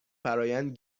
فرآیند